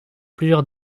plusieurs